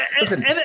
Listen